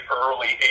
early